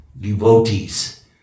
devotees